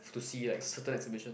to see like certain exhibitions